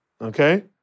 okay